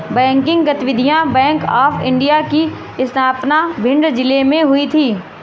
banking गतिविधियां bank of India की स्थापना भिंड जिले में हुई थी